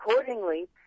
Accordingly